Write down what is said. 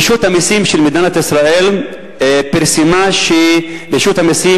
רשות המסים של מדינת ישראל פרסמה שרשות המסים